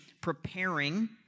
preparing